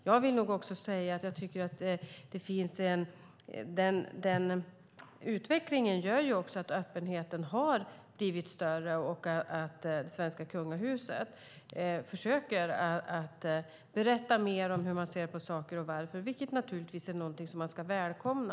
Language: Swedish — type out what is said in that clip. Jag vill nog också säga att jag tycker att utvecklingen gör att öppenheten har blivit större och att det svenska kungahuset försöker att berätta mer om hur man ser på saker och varför, vilket naturligtvis är någonting som man ska välkomna.